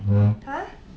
!huh!